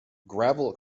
gravel